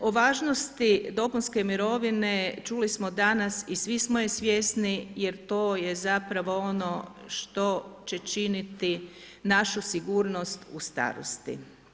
O važnosti dopunske mirovine čuli smo danas i svi smo je svjesni jer to je zapravo ono što će činiti našu sigurnost u starosti.